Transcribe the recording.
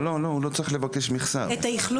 הוא לא צריך לבקש מכסה.